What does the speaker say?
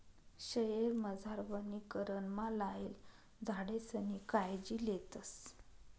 शयेरमझार वनीकरणमा लायेल झाडेसनी कायजी लेतस